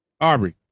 Aubrey